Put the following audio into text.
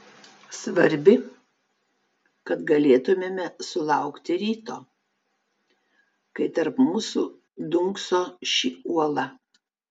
svarbi kad galėtumėme sulaukti ryto kai tarp mūsų dunkso ši uola